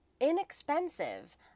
Inexpensive